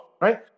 right